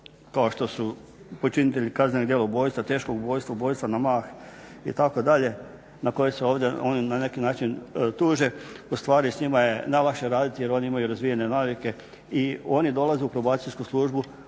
kao što su počinitelji kaznenih djela ubojstva, teškog ubojstva, ubojstva na mah itd., na koje se ovdje oni na neki način tuže. Ustvari s njima je najlakše raditi jer oni imaju razvijene navike i oni dolaze u Probacijsku službu